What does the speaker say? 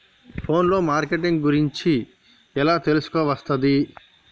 Phone లో marketing గురించి ఎలా తెలుసుకోవస్తది?